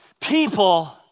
people